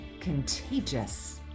contagious